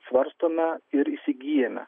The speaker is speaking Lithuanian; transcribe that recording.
svarstome ir įsigyjame